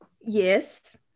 Yes